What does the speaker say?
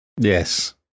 Yes